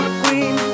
queen